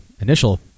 initial